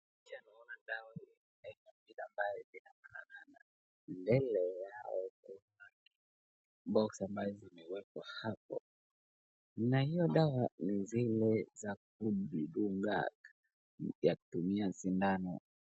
Picha naona dawa ambaye inafanana na mbele yao kuna boxi ambayo zimewekwa hapo, na hiyo dawa ni zile za kujidunga kwa kutumia sindano.